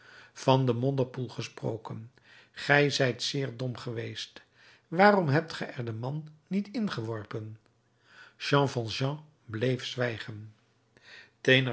van den modderpoel gesproken ge zijt zeer dom geweest waarom hebt ge er den man niet ingeworpen jean valjean bleef zwijgen